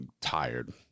tired